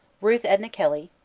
ruth edna kelley.